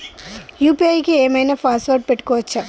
UPI కి ఏం ఐనా పాస్వర్డ్ పెట్టుకోవచ్చా?